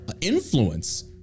influence